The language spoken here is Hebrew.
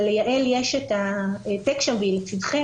אבל ליעל יש העתק והיא לצידכם,